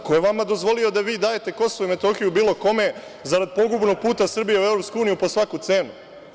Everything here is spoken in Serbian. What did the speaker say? Ko je vama dozvolio da vi dajete Kosovo i Metohiju bilo kome zarad pogubnog puta Srbije u EU po svaku cenu.